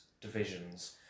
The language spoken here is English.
divisions